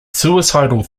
suicidal